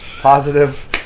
positive